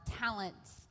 talents